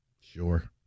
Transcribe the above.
Sure